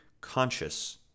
conscious